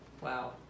Wow